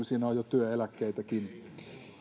siinä on jo työeläkkeitäkin